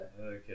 okay